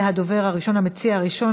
המציע הראשון,